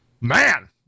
Man